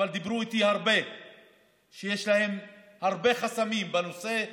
אבל דיברו איתי הרבה שיש להם הרבה חסמים בנושא.